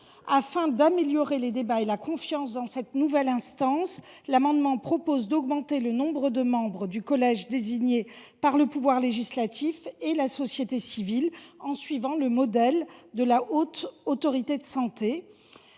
Afin d’améliorer les débats et la confiance dans cette nouvelle instance, l’amendement vise à augmenter le nombre de membres du collège désignés par le pouvoir législatif et la société civile, à l’instar de ce qui se fait au sein de la Haute Autorité de santé.